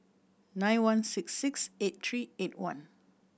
nine one six six eight three eight one